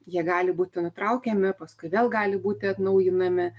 jie gali būti nutraukiami paskui vėl gali būti atnaujinami